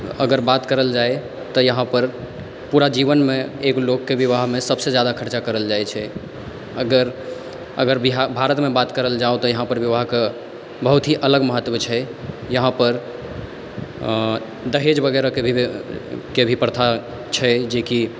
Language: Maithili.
अगर बात करल जाय तऽ यहाँ पर पूरा जीवन मे एक लोक कऽ विवाह मे सबसे ज्यादा खर्चा करल जाइ छै अगर अगर बिहार भारत मे बात करल जाउ तऽ यहाँ पर विवाह के बहुत हि अलग महत्व होइ छै यहाँ पर आँ दहेज वगैरह के भी प्रथा छै जे कि